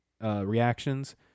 reactions